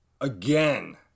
again